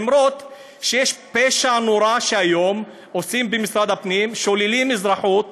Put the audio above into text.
אף על פי שיש פשע נורא שהיום עושים במשרד הפנים: שוללים אזרחות